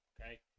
Okay